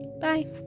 Bye